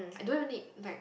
I don't even like